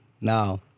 Now